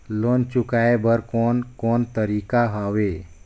Loan चुकाए बर कोन कोन तरीका हवे?